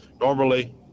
Normally